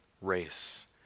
race